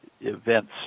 events